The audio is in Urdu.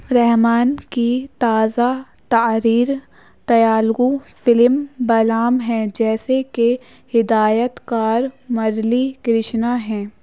رحمان کی تازہ تعریر تیالگو فلم بلام ہیں جیسے کہ ہدایت کار مرلی کرشنا ہیں